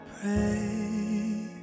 pray